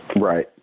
Right